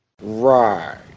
Right